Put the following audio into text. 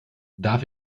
darf